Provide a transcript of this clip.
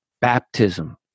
baptism